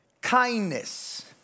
kindness